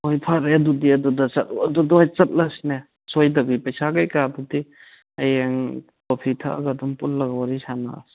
ꯍꯣꯏ ꯐꯔꯦ ꯑꯗꯨꯗꯤ ꯑꯗꯨꯗ ꯑꯣꯏ ꯆꯠꯂꯁꯤꯅꯦ ꯁꯣꯏꯗꯕꯤ ꯄꯩꯁꯥ ꯀꯩꯀꯥꯕꯨꯗꯤ ꯍꯌꯦꯡ ꯀꯣꯐꯤ ꯊꯛꯑꯒ ꯑꯗꯨꯝ ꯄꯨꯜꯂꯒ ꯋꯥꯔꯤ ꯁꯥꯟꯅꯔꯁꯤ